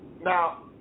Now